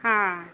ହଁ